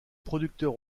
producteurs